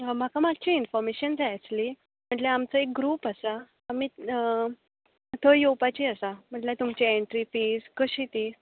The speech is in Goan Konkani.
हां म्हाका मातशें इनफोर्मेशन जाय आसली मटल्यार आमचो एक ग्रूप आसा आमी थंय येवपाचीं आसा म्हटल्यार तुमची अनट्री फीज कशी ती